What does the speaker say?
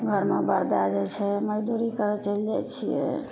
घरमे बरदै जाइ छै मजदूरी करै चलि जाइ छिए